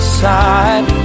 side